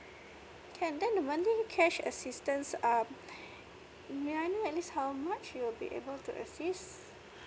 can then the monthly cash assistance um may I know at least how much you will be able to assist